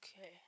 okay